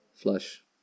Flush